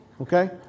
Okay